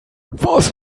was